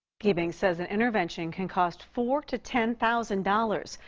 giebink says an intervention can cost four to ten thousand dollars.